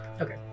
Okay